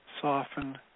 soften